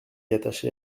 attaché